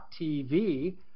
TV